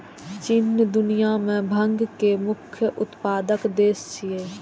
चीन दुनिया मे भांग के मुख्य उत्पादक देश छियै